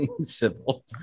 civil